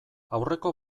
aurreko